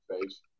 face